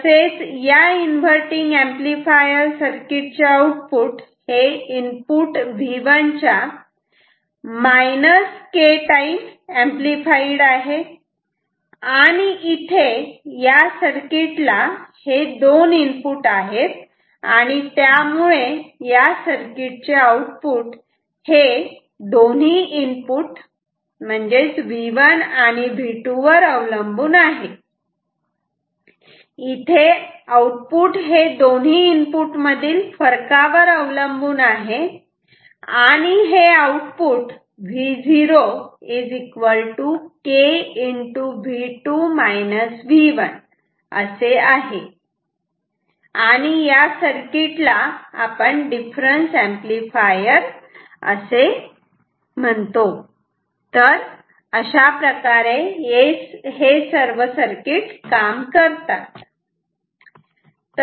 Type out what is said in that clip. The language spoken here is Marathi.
तसेच या इन्व्हर्टटिंग एंपलीफायर सर्किटचे आउटपुट हे इनपुट V1 च्या K टाईम एंपलीफाईड आहे आणि इथे या सर्किट ला दोन इनपुट आहेत आणि त्यामुळे या सर्किटचे आउटपुट हे दोन्ही इनपुट V1 आणि V2 वर अवलंबून आहे इथे आउटपुट हे दोन्ही इनपुट मधील फरकावर अवलंबून आहे आणि हे आउटपुट V0 K असे आहे आणि या सर्किट ला डिफरन्स एंपलीफायर असे म्हणतात तर अशाप्रकारे हे सर्किट काम करतात